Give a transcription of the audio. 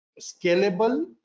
scalable